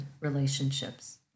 relationships